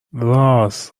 رآس